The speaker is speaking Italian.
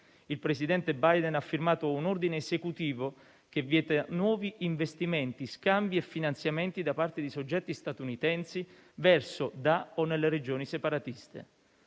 il presidente Biden ha firmato un ordine esecutivo che vieta nuovi investimenti, scambi e finanziamenti da parte di soggetti statunitensi verso, da o nelle regioni separatiste.